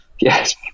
yes